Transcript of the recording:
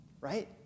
right